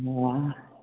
वाह